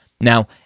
Now